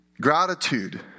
Gratitude